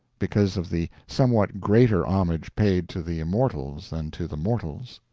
because of the somewhat greater homage paid to the immortals than to the mortals.